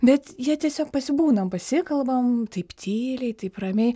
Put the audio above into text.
bet jie tiesiog pasibūnam pasikalbam taip tyliai taip ramiai